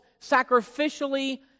sacrificially